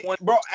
Bro